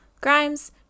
Grimes